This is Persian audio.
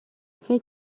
فکر